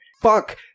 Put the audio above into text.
Fuck